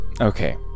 Okay